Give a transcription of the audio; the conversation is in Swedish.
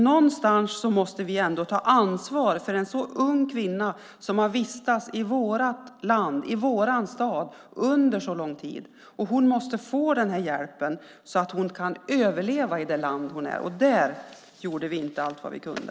Någonstans måste vi ändå ta ansvar för en så ung kvinna som har vistats i vårt land och i vår stad under så lång tid. Hon måste få denna hjälp så att hon kan överleva i det land som hon befinner sig i. Där gjorde vi inte allt vi kunde.